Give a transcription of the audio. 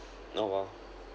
no while